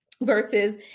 versus